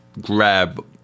grab